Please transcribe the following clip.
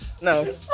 No